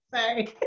Sorry